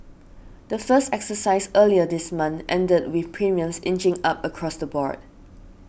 the first exercise earlier this month ended with premiums inching up across the board